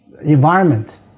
environment